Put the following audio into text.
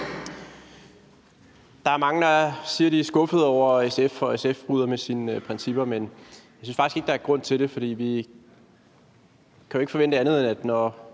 Der er mange, der siger, at de skuffede over SF og over, at SF bryder med sine principper. Men jeg synes faktisk ikke, at der er grund til det, for vi kan jo ikke forvente andet, end at når